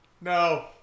No